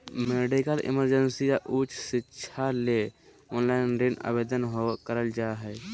medical emergency या उच्च शिक्षा ले ऑनलाइन ऋण आवेदन करल जा हय